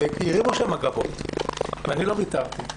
הרימו שם גבות ואני לא ויתרתי.